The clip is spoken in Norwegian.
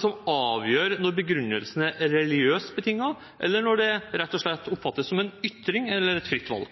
som avgjør når begrunnelsen er religiøst betinget, eller når det rett og slett oppfattes som en ytring, eller et fritt valg?